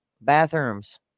bathrooms